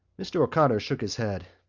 mr. o'connor shook his head.